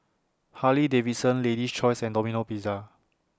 Harley Davidson Lady's Choice and Domino Pizza